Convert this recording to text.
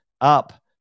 up